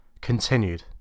continued